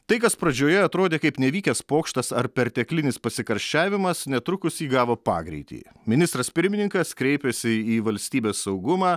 tai kas pradžioje atrodė kaip nevykęs pokštas ar perteklinis pasikarščiavimas netrukus įgavo pagreitį ministras pirmininkas kreipėsi į valstybės saugumą